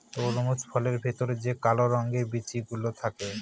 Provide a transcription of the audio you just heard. তরমুজ ফলের ভেতরে যে কালো রঙের বিচি গুলো থাকে